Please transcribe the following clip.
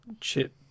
Chip